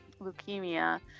leukemia